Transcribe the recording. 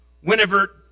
whenever